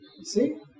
see